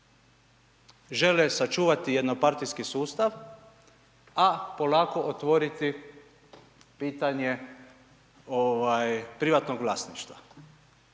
Žele sačuvati jednopartijski sustav, a polako otvoriti pitanje privatnog vlasništva.